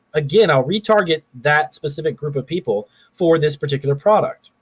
again i'll retarget that specific group of people for this particular product.